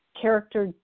character